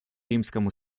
римскому